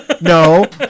No